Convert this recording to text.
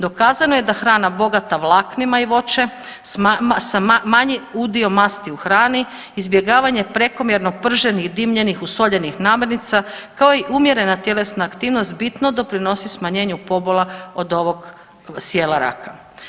Dokazano je da hrana bogata vlaknima i voćem sa manjim udjelom masti u hrani izbjegavanje prekomjerno prženih, dimljenih, usoljenih namirnica kao i umjerena tjelesna aktivnost bitno doprinosi smanjenju pobola od ovog sijela raka.